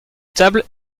table